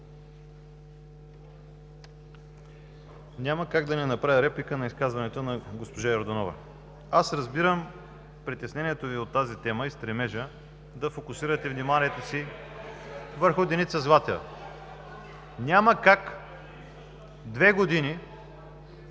Няма как да не направя реплика на изказването на госпожа Йорданова. Аз разбирам притеснението Ви от тази тема и стремежът да фокусирате вниманието си върху Деница Златева. Няма как две години,